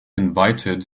invited